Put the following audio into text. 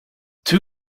two